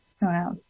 Wow